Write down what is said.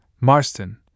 Marston